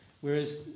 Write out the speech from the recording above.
whereas